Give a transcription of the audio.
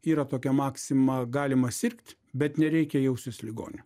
yra tokia maksima galima sirgt bet nereikia jaustis ligoniu